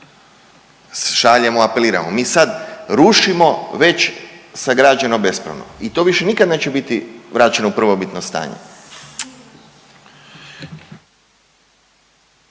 šaljemo, apeliramo. Mi sad rušimo već sagrađeno bespravno i to više nikad neće biti vraćeno u prvobitno stanje.